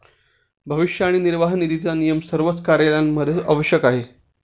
भविष्य निर्वाह निधीचा नियम सर्वच कार्यालयांमध्ये आवश्यक आहे